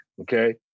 Okay